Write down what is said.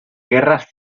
guerras